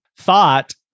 Thought